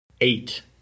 eight